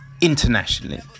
internationally